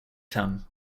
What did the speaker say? tongue